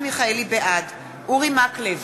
בעד אורי מקלב,